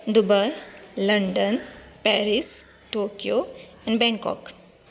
Dubai London Paris Tokyo Bangkok